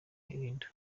linda